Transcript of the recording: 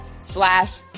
slash